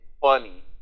funny